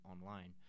online